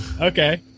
Okay